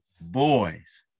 boys